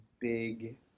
big